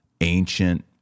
ancient